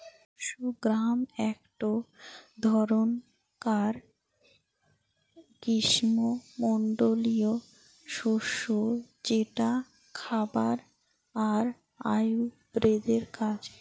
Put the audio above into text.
horse gram একটো ধরণকার গ্রীস্মমন্ডলীয় শস্য যেটা খাবার আর আয়ুর্বেদের কাজ